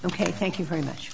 ok thank you very much